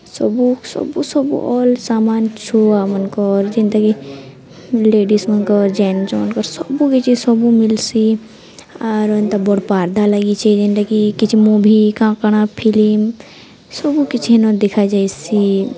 ସବୁ ସବୁ ସବୁ ଅଲ୍ ସାମାନ୍ ଛୁଆମାନ୍ଙ୍କର୍ ଜେନ୍ଟାକି ଲେଡ଼ିସ୍ମାନଙ୍କର୍ ଜେନ୍ଟ୍ସମାନ୍ଙ୍କର୍ ସବୁକିଛି ସବୁ ମିଲ୍ସି ଆର୍ ଏନ୍ତା ବଡ଼୍ ପାର୍ଦା ଲାଗିଛେ ଜେନ୍ଟାକି କିଛି ମୁଭି କାଁ କାଣା ଫିଲିମ୍ ସବୁ କିଛି ହେନ ଦେଖାଯାଏସି